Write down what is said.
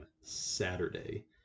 Saturday